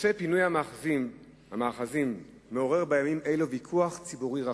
נושא פינוי המאחזים מעורר בימים אלו ויכוח ציבורי רחב,